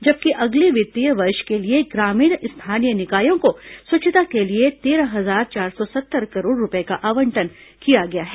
जबकि अगले वित्तीय वर्ष के लिए ग्रामीण स्थानीय निकायों को स्वच्छता के लिये तेरह हजार चार सौ सत्तर करोड़ रुपये का आवंटन किया गया है